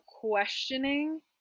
questioning